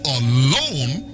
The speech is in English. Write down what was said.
alone